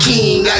King